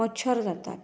मच्छर जातात